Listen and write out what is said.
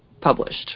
published